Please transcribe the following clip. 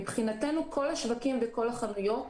מבחינתנו, כל השווקים וכל החנויות,